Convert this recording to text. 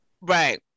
Right